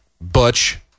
Butch